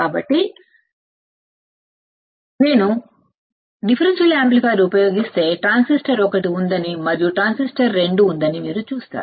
కాబట్టి నేను అవకలన యాంప్లిఫైయర్ ఉపయోగిస్తే ట్రాన్సిస్టర్ ఒకటి ఉందని మరియు ట్రాన్సిస్టర్ 2 ఉందని మీరు చూస్తారు